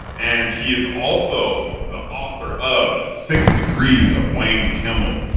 and he is also the author of six degrees of wayne camel.